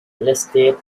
listed